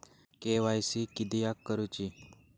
KYC किदयाक करूची?